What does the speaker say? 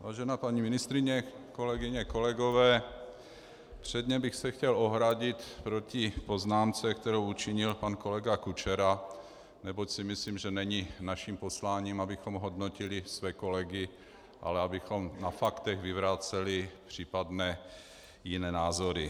Vážená paní ministryně, kolegyně, kolegové, předně bych se chtěl ohradit proti poznámce, kterou učinil pan kolega Kučera, neboť si myslím, že není naším posláním, abychom hodnotili své kolegy, ale abychom na faktech vyvraceli případné jiné názory.